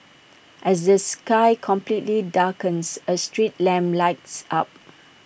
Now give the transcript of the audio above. as the sky completely darkens A street lamp lights up